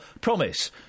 Promise